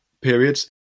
periods